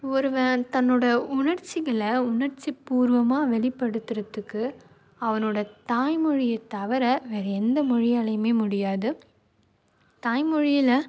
ஒருவன் தன்னோடய உணர்ச்சிகளை உணர்ச்சிப்பூர்வமாக வெளிப்படுத்துறதுக்கு அவனோடய தாய்மொழியைத் தவிர வேறு எந்த மொழியாலேயுமே முடியாது தாய்மொழியில்